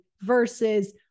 versus